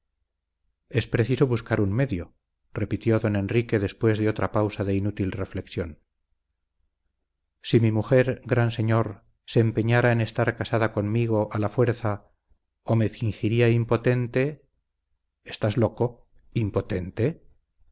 es preciso buscar un medio repitió don enrique después de otra pausa de inútil reflexión si mi mujer gran señor se empeñara en estar casada conmigo a la fuerza o me fingiría impotente estás loco impotente